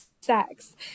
sex